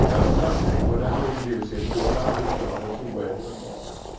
that nothing would ever induce him to allow his daughter to wed a mormon.